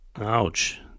Ouch